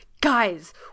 guys